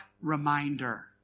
reminder